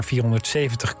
470